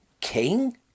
king